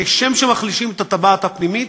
כשם שמחלישים את הטבעת הפנימית,